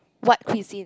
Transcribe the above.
what cuisine